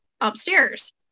upstairs